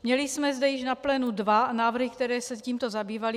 Měli jsme zde již na plénu dva návrhy, které se tímto zabývaly.